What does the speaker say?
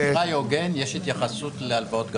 באשראי הוגן יש התייחסות להלוואות גמ"ח.